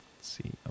see